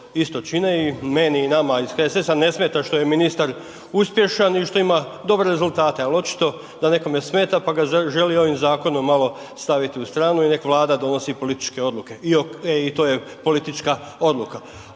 i to je politička odluka.